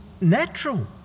natural